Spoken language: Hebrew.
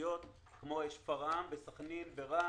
כמו שפרעם, סכנין ורהט.